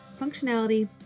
functionality